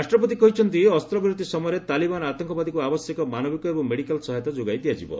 ରାଷ୍ଟ୍ରପତି କହିଛନ୍ତି ଅସ୍ତ୍ରବିରତି ସମୟରେ ତାଲିବାନ ଆତଙ୍କବାଦୀଙ୍କୁ ଆବଶ୍ୟକୀୟ ମାନବିକ ଏବଂ ମେଡିକାଲ୍ ସହାୟତା ଯୋଗାଇ ଦିଆଯିବ